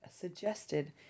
suggested